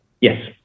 Yes